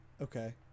Okay